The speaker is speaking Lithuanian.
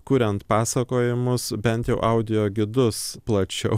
kuriant pasakojimus bent jau audio gidus plačiau